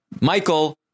Michael